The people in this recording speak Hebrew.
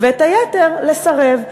וליתר לסרב.